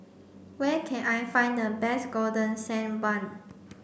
where can I find the best golden sand bun